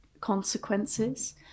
consequences